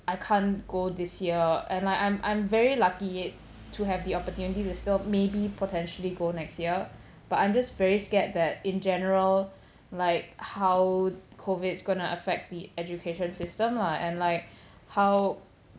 I can't go this year and I I'm I'm very lucky to have the opportunity to still maybe potentially go next year but I'm just very scared that in general like how COVID is going to affect the education system lah and like how